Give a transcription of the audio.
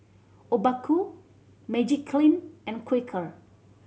Obaku Magiclean and Quaker